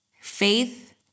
faith